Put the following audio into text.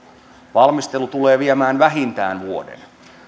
valmistelu tulee viemään vähintään vuoden